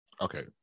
Okay